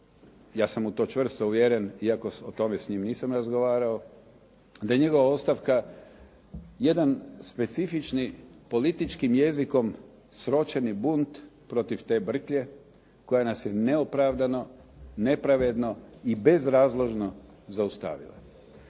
ja sam u to čvrsto uvjeren iako o tome s njim nisam razgovarao, da je njegova ostavka jedan specifični političkim jezikom sročeni bunt protiv te brklje koja nas je neopravdano, nepravedno i bezrazložno zaustavila.